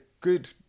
good